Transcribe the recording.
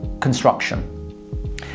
construction